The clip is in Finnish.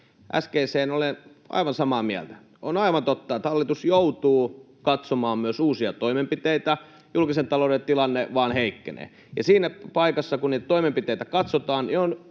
äskeisestä olen aivan samaa mieltä: on aivan totta, että hallitus joutuu katsomaan myös uusia toimenpiteitä. Julkisen talouden tilanne vain heikkenee, ja siinä paikassa, kun niitä toimenpiteitä katsotaan,